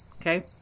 Okay